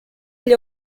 gli